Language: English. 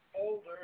older